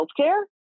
healthcare